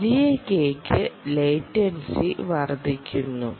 വലിയ K ക്ക് latency വർദ്ധിക്കുന്നു